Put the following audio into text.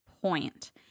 point